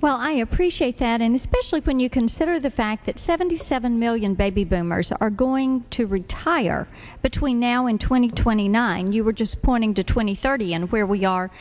well i appreciate that and especially when you consider the fact that seventy seven million baby boomers are going to retire between now and twenty twenty nine you were just pointing to twenty thirty and where we are